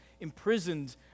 imprisoned